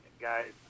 Guys